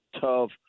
tough